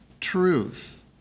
truth